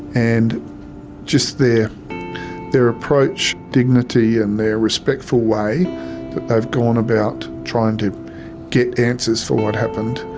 and just their their approach, dignity, and their respectful way that they've gone about trying to get answers for what happened,